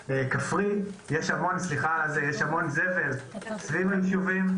כפרי, יש הרבה זבל סביב היישובים,